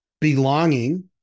belonging